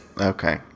Okay